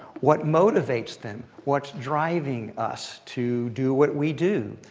what motivates them, what's driving us to do what we do,